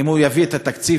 אם הוא יביא את התקציב,